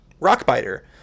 Rockbiter